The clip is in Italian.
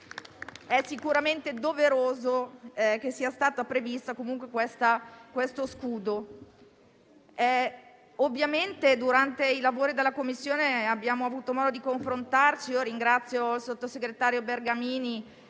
è sicuramente doveroso che sia stato previsto lo scudo. Ovviamente durante i lavori della Commissione abbiamo avuto modo di confrontarci. Ringrazio il sottosegretario Bergamini,